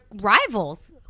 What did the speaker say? rivals